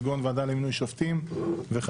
כגון ועדה למינוי שופטים וכדומה.